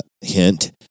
Hint